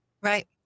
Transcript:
Right